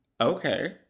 Okay